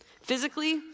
Physically